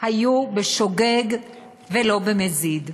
היו בשוגג ולא במזיד.